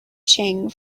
ching